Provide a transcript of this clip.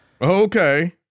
Okay